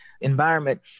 environment